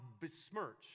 besmirch